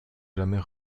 jamais